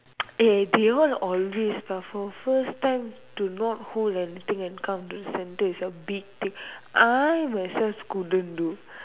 eh they all always but for first time to not hold anything and come to the centre is a big thing I myself couldn't do